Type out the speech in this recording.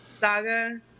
saga